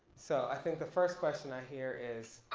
so i think the first question i hear is,